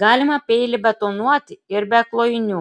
galima peilį betonuoti ir be klojinių